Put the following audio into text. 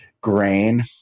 grain